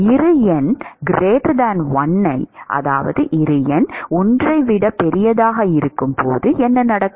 இரு எண் 1 ஐ விட பெரியதாக இருக்கும் போது என்ன நடக்கும்